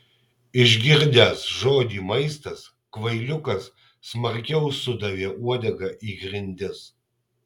išgirdęs žodį maistas kvailiukas smarkiau sudavė uodega į grindis